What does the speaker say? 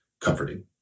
comforting